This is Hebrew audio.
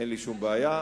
אין לי שום בעיה.